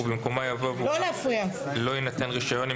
ובמקומה יבוא "ואולם לא יינתן רישיון אם